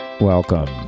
Welcome